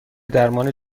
درمان